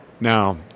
Now